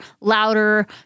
louder